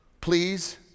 please